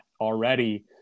already